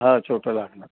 हो छोटं लागणार